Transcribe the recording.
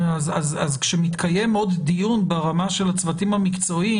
אז כשמתקיים עוד דיון ברמה של הצוותים המקצועיים